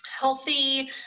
healthy